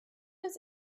does